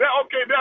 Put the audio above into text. okay